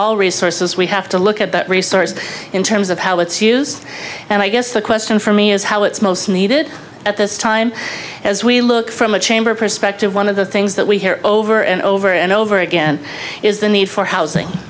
all resources we have to look at that resource in terms of how it's use and i guess the question for me is how it's most needed at this time as we look from a chamber perspective one of the things that we hear over and over and over again is the need for housing